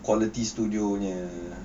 quality studio near